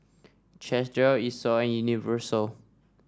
Chesdale Esso and Universal